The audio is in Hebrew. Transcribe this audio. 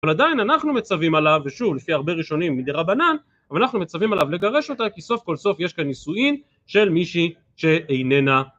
אבל עדיין אנחנו מצווים עליו, ושוב לפי הרבה ראשונים מדרבנן, אבל אנחנו מצווים עליו לגרש אותה, כי סוף כל סוף יש כאן נישואין של מישהי שאיננה...